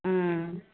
ம்